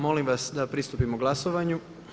Molim vas da pristupimo glasovanju.